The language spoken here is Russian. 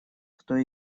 кто